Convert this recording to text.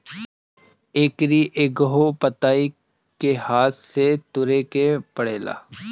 एकरी एकहगो पतइ के हाथे से तुरे के पड़ेला